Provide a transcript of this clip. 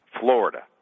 Florida